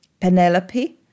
Penelope